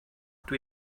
dwy